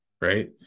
Right